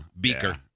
Beaker